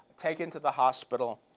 taken to the hospital,